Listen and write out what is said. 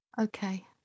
Okay